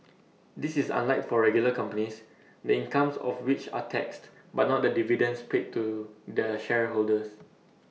this is unlike for regular companies the incomes of which are taxed but not the dividends paid to their shareholders